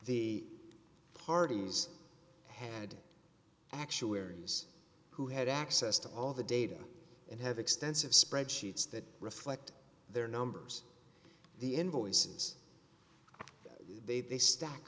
the parties had actuaries who had access to all the data and have extensive spreadsheets that reflect their numbers the invoices they stack